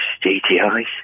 GTIs